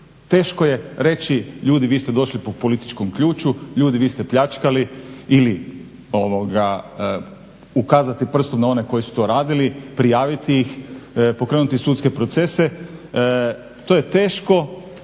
Teško je reći ljudi vi ste došli po političkom ključu, ljudi vi ste pljačkali ili ukazati prstom na one koji su to radili, prijaviti ih, pokrenuti sudske procese. To je teško,